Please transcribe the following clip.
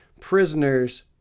prisoners